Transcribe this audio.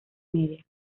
media